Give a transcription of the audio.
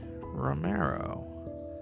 Romero